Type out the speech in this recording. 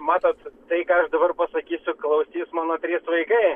matot tai ką aš dabar pasakysiu klausys mano vaikai